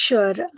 Sure